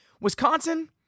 Wisconsin